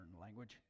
language